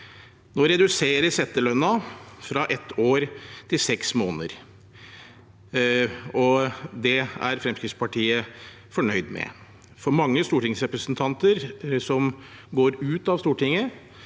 Nå reduseres etterlønnen fra ett år til seks måneder. Det er Fremskrittspartiet fornøyd med. For mange stortingsrepresentanter som går ut av Stortinget,